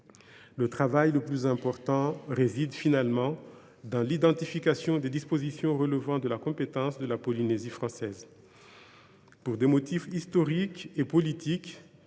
Le travail le plus important réside finalement dans l’identification des dispositions relevant de la compétence de la Polynésie française. Pour des motifs historiques et politiques,